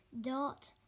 dot